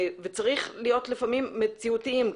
וצריך להיות לפעמים מציאותיים.